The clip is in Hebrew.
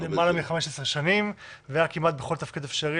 למעלה מ-15 שנים והיה כמעט בכל תפקיד אפשרי,